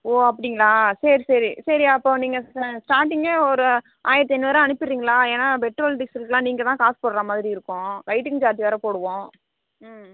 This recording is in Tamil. ஓ அப்படிங்களா சரி சரி சரி அப்போ நீங்கள் ஸ்டாட்டிங்கே ஒரு ஆயிரத்திஐநூறு ரூபா அனுப்பிடுறீங்களா ஏனா பெட்ரோல் டீசலுக்களாக நீங்கள் தான் காசு போடுறமாதிரி தான் இருக்கும் வெயிட்டிங் சார்ஜ் வேறு போடுவோம் ம்